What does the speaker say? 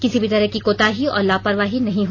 किसी भी तरह की कोताही और लापरवाही नहीं हो